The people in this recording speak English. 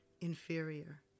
inferior